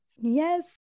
Yes